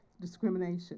discrimination